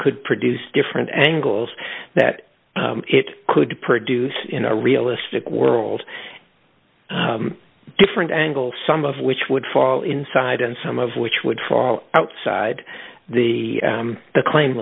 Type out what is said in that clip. could produce different angles that it could produce in a realistic world different angle some of which would fall inside and some of which would fall outside the the claim